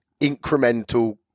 incremental